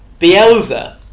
Bielsa